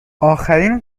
آخرین